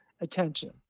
attention